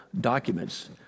documents